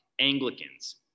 Anglicans